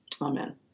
Amen